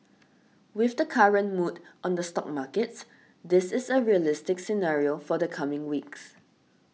with the current mood on the stock markets this is a realistic scenario for the coming weeks